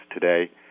today